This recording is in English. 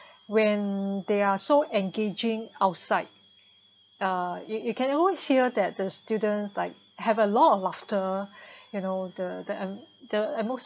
when they are so engaging outside uh you you can always hear that the students like have a lot of laughter you know the the the atmosphere